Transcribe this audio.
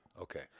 Okay